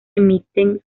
emiten